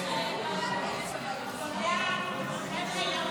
חוק לתיקון פקודת בריאות העם (מס' 43),